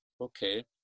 okay